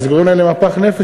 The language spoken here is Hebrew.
וזה גורם להם מפח נפש,